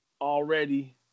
already